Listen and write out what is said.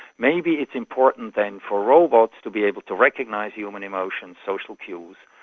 maybe it's important then for robots to be able to recognise human emotions, social cues,